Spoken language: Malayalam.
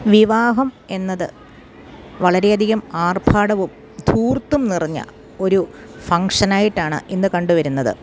വിവാഹം എന്നത് വളരെയധികം ആർഭാടവും തൂർത്തും നിറഞ്ഞ ഒരു ഫങ്ഷനായിട്ടാണ് ഇന്ന് കണ്ടുവരുന്നത്